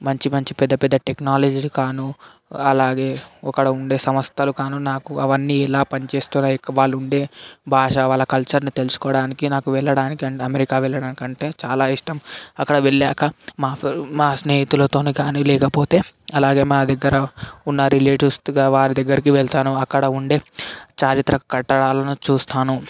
మంచి మంచి పెద్ద పెద్ద టెక్నాలజీలకు కాను అలాగే అక్కడ ఉండే సంస్థలు కాను అవన్నీ ఎలా పనిచేస్తున్నాయి వాళ్ళు ఉండే భాష వాళ్ళ కల్చర్ని తెలుసుకోడానికి నాకు వెళ్ళడానికి అండ్ అమెరికా వెళ్ళడానికి అంటే చాలా ఇష్టం అక్కడ వెళ్ళాక మా ఫే మా స్నేహితులతో కానీ లేకపోతే అలాగే మా దగ్గర ఉన్న రిలేటీవ్స్ వారి దగ్గరకి వెళ్తాను అక్కడ ఉండే చారిత్రక కట్టడాలను చూస్తాను